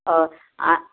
हय